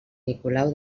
nicolau